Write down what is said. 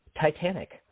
Titanic